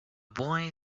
boy